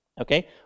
Okay